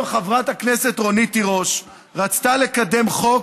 חברת הכנסת רונית תירוש רצתה לקדם חוק,